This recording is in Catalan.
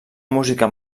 música